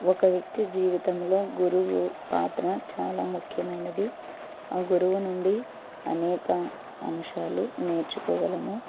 ఒక వ్యక్తి జీవితంలో గురువు పాత్ర చాలా ముఖ్యమైనది ఆ గురువు నుండి అనేక అంశాలు నేర్చుకోగలము